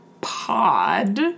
Pod